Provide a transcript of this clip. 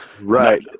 right